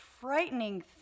frightening